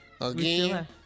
Again